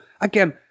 again